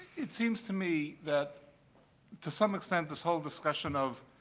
it seems to me that to some extent this whole discussion of,